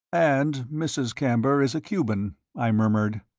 and mrs. camber is a cuban, i murmured.